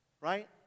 Right